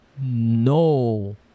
no